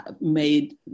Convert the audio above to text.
made